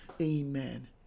Amen